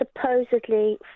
supposedly